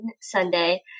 Sunday